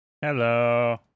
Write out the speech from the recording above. Hello